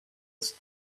his